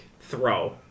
throw